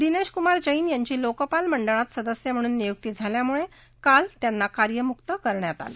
दिनेश कुमार जैन यांची लोकपाल मंडळात सदस्य म्हणून नियुक्ती झाल्यामुळे त्यांना काल कार्यमुक्त करण्यात आलं